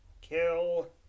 kill